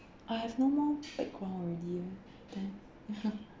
I have no more background already ah then